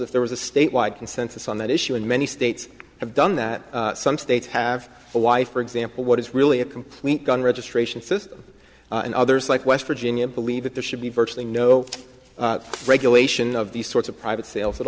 if there was a state wide consensus on that issue and many states have done that some states have a wife for example what is really a complete gun registration system and others like west virginia believe that there should be virtually no regulation of these sorts of private sales at